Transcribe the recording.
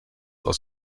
aus